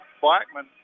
Blackman